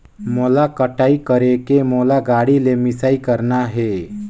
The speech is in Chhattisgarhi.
मोला कटाई करेके मोला गाड़ी ले मिसाई करना हे?